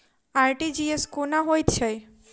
RTGS कोना होइत छै?